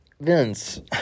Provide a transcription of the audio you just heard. Vince